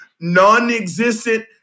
non-existent